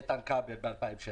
איתן כבל ב-2016,